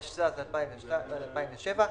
התשס"ז-2007,